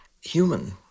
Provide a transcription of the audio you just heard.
human